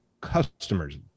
customers